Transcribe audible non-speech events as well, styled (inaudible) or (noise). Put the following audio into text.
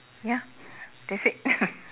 ya that's it (laughs)